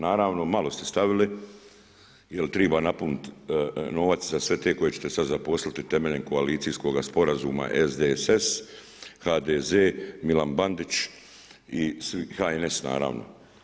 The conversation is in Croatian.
Naravno malo ste stavili jer treba napuniti novac za sve te koje ćete sad zaposliti temeljem koalicijskog sporazuma SDSS, HDZ, Milan Bandić i HNS naravno.